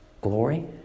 glory